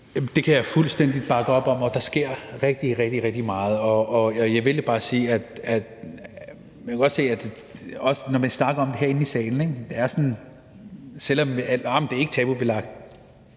Det kan jeg fuldstændig bakke op om, og der sker rigtig, rigtig meget, og jeg vil bare sige, at når man snakker om det herinde i salen, siger man, at det ikke er tabubelagt,